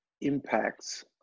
impacts